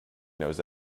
knows